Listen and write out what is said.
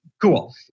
Cool